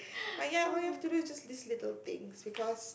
but ya all you have to do is list little things because